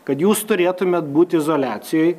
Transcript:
kad jūs turėtumėt būt izoliacijoj